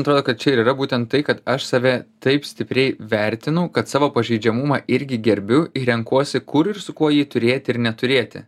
atrodo kad čia ir yra būtent tai kad aš save taip stipriai vertinu kad savo pažeidžiamumą irgi gerbiu ir renkuosi kur ir su kuo jį turėti ir neturėti